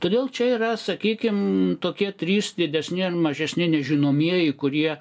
todėl čia yra sakykim tokie trys didesni ar mažesni nežinomieji kurie